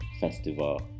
festival